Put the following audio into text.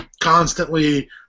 constantly